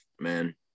man